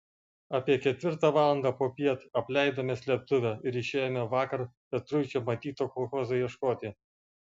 apie ketvirtą valandą popiet apleidome slėptuvę ir išėjome vakar petruičio matyto kolchozo ieškoti